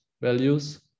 values